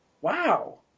Wow